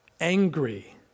angry